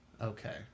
okay